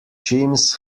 chimes